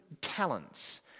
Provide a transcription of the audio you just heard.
talents